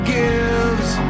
gives